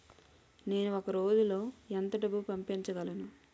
నేను ఒక రోజులో ఎంత డబ్బు పంపించగలను?